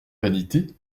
vanité